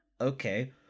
okay